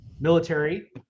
military